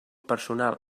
personal